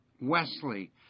Wesley